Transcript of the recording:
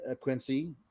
Quincy